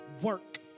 Work